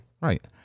Right